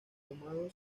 ahumado